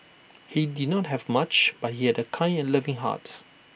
he did not have much but he had A kind and loving heart